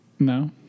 No